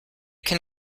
can